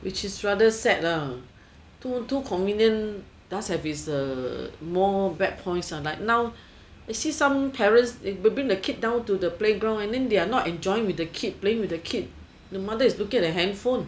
which is rather sad lah too too convenient thus have is a more bad points or like now I see see some parents bring the kid down to the playground and then they are not enjoying with the kid playing with a kid the mother is looking at the handphone